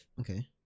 Okay